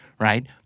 Right